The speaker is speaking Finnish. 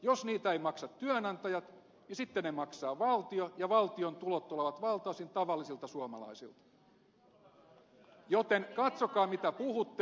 jos niitä eivät maksa työnantajat niin sitten ne maksaa valtio ja valtion tulot tulevat valtaosin tavallisilta suomalaisilta joten katsokaa mitä puhutte